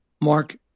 Mark